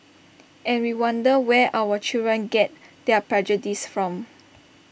and we wonder where our children get their prejudices from